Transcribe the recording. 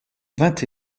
vingt